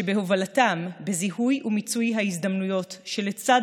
שבהובלתם בזיהוי ומיצוי ההזדמנויות שלצד